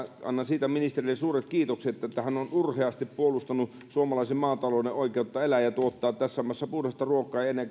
annan ministerille suuret kiitokset siitä että hän on urheasti puolustanut suomalaisen maatalouden oikeutta elää ja tuottaa tässä maassa puhdasta ruokaa ja ennen